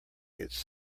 its